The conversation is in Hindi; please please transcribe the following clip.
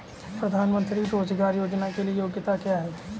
प्रधानमंत्री रोज़गार योजना के लिए योग्यता क्या है?